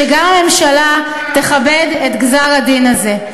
שגם הממשלה תכבד את גזר-הדין הזה.